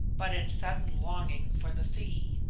but in sudden longing for the sea,